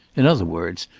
in other words,